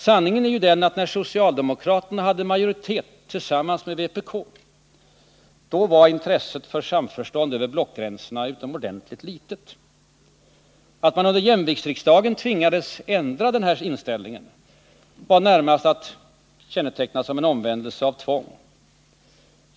Sanningen är ju den att när socialdemokraterna hade majoritet tillsammans med vpk, då var intresset för samförstånd över blockgränserna utomordentligt litet. Att man under jämviktsriksdagen tvingades ändra den här inställningen var närmast att känneteckna som en omvändelse av tvång.